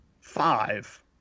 five